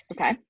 Okay